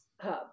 hub